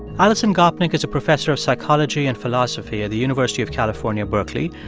alison gopnik is a professor of psychology and philosophy at the university of california, berkeley.